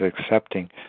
accepting